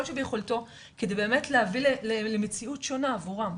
שביכולתו כדי באמת להביא למציאות שונה עבורם.